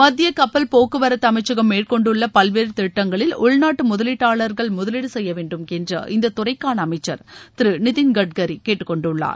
மத்திய கப்பல் போக்குவரத்து அமைச்சகம் மேற்கொண்டுள்ள பல்வேறு திட்டங்களில் உள்நாட்டு முதலீட்டாளா்கள் முதலீடு செய்யவேண்டும் என்று இந்த துறைக்கான அமைச்சள் திரு நிதின் கட்கரி கேட்டுக்கொண்டுள்ளார்